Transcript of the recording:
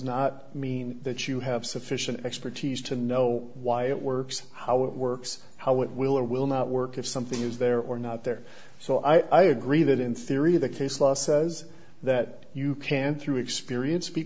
not mean that you have sufficient expertise to know why it works how it works how it will or will not work if something is there or not there so i agree that in theory the case law says that you can through experience be